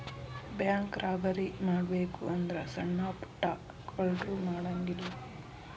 bank robbery ಮಾಡ್ಬೆಕು ಅಂದ್ರ ಸಣ್ಣಾ ಪುಟ್ಟಾ ಕಳ್ರು ಮಾಡಂಗಿಲ್ಲಾ